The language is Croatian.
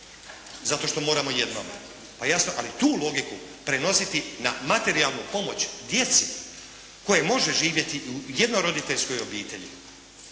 zato što moramo jednome. Pa jasno! Ali tu logiku prenositi na materijalnu pomoć djeci koje može živjeti u jednoroditeljskoj obitelji,